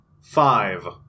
Five